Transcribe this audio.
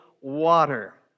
water